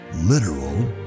literal